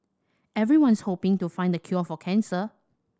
everyone's hoping to find the cure for cancer